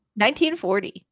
1940